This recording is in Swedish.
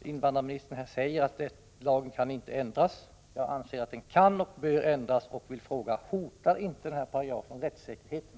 invandrarministern här säger att lagen inte kan ändras. Jag anser att den kan och bör ändras. Jag frågar: Hotar inte terroristparagrafen rättssäkerheten?